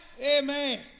Amen